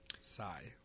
sigh